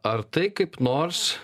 ar tai kaip nors